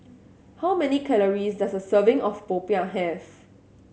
how many calories does a serving of popiah have